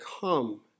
come